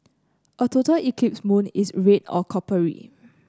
a total eclipse moon is red or coppery